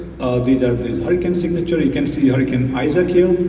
these are the hurricane signatures, you can see hurricane isaac here.